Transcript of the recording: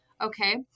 Okay